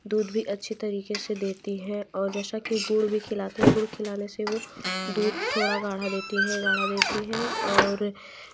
दूध भी अच्छी तरीक़े से देती हैं और जैसा कि गुड़ भी खिलाते हैं गुड़ खिलाने से वो दूध थोड़ा गाढ़ा देती हैं गाढ़ा देती हैं और